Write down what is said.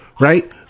right